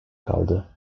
kaldı